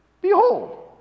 Behold